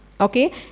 okay